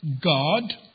God